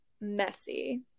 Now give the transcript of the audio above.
messy